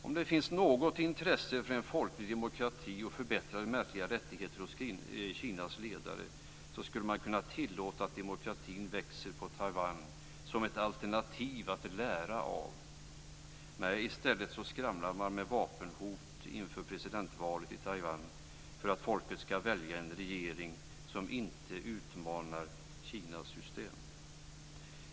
Om det fanns något intresse för en folklig demokrati och förbättrade mänskliga rättigheter hos Kinas ledare, skulle man kunna tillåta att demokratin växer i Taiwan som ett alternativ att lära av. Men i stället skramlar man med vapen inför presidentvalet i Taiwan för att folket ska välja en regering som inte utmanar Kinas system.